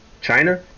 China